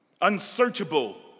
Unsearchable